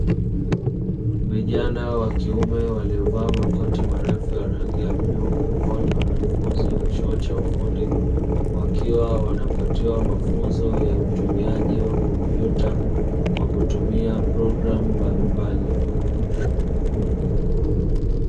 Vijana wa kiume waliovaa makoti marefu ya rangi ya bluu ambao ni wanafunzi wa chuo cha ufundi, wakiwa wanapatiwa mafunzo ya utumiaji wa kompyuta, kwa kutumia programu mbalimbali.